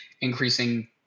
increasing